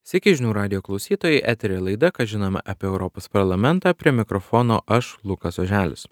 sveiki žinių radijo klausytojai eteryje laida kas žinoma apie europos parlamentą prie mikrofono aš lukas oželis